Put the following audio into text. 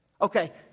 Okay